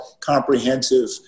comprehensive